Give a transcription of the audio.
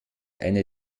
eine